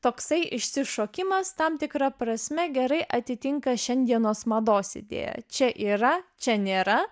toksai išsišokimas tam tikra prasme gerai atitinka šiandienos mados idėją čia yra čia nėra